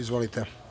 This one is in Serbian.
Izvolite.